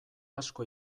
asko